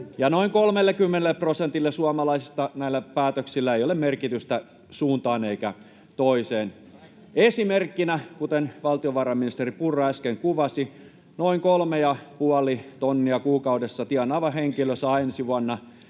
noin 30 prosentille suomalaisista näillä päätöksillä ei ole merkitystä suuntaan eikä toiseen. Esimerkkinä, kuten valtiovarainministeri Purra äsken kuvasi, noin kolme ja puoli tonnia kuukaudessa tienaava henkilö saa ensi vuonna